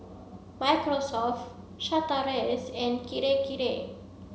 Microsoft Chateraise and Kirei Kirei